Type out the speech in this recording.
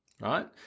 right